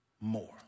more